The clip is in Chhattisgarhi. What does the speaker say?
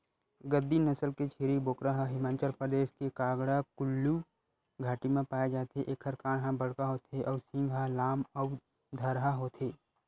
गद्दी नसल के छेरी बोकरा ह हिमाचल परदेस के कांगडा कुल्लू घाटी म पाए जाथे एखर कान ह बड़का होथे अउ सींग ह लाम अउ धरहा होथे